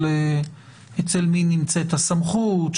אצל מי נמצאת הסמכות,